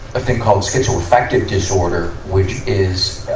a thing called schizo-affective disorder, which is, ah,